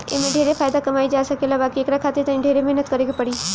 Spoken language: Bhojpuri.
एमे ढेरे फायदा कमाई जा सकेला बाकी एकरा खातिर तनी ढेरे मेहनत करे के पड़ी